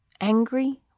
angry